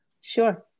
Sure